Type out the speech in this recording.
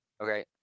Okay